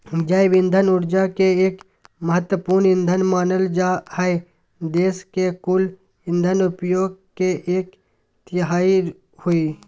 जैव इंधन ऊर्जा के एक महत्त्वपूर्ण ईंधन मानल जा हई देश के कुल इंधन उपयोग के एक तिहाई हई